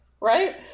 right